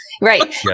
Right